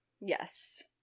Yes